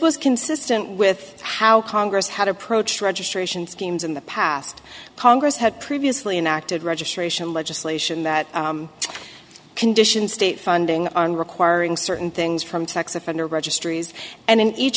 was consistent with how congress had approached registration schemes in the past congress had previously an active registration legislation that conditions state funding on requiring certain things from texas offender registries and in each